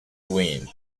win